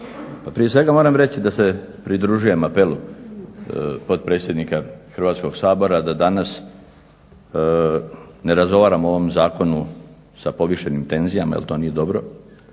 prije svega moram reći da se pridružujem apelu potpredsjednika Hrvatskog sabora da danas ne razgovaram o ovom zakonu sa povišenim tenzijama, jer to nije dobro.